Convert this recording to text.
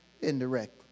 indirectly